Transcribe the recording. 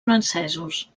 francesos